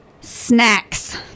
snacks